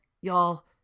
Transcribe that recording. y'all